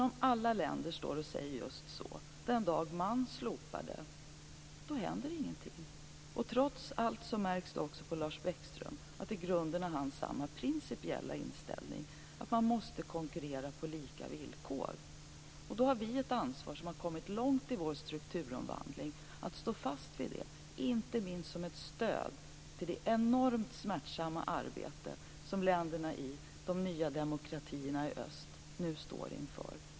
Om alla länder säger att den dag man slopar det, så händer ingenting. Trots allt märks det på Lars Bäckström att han i grunden har samma principiella inställning, att man måste konkurrera på lika villkor. Då har vi ett ansvar som har kommit långt i vår strukturomvandling att stå fast vid det, inte minst som ett stöd till det enormt smärtsamma arbete som länderna i de nya demokratierna i öst står inför.